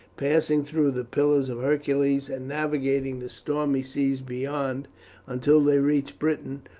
passing through the pillars of hercules, and navigating the stormy seas beyond until they reached britain,